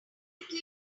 after